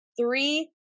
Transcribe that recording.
Three